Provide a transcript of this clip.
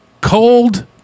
cold